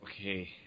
Okay